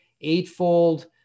Eightfold